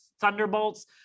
Thunderbolts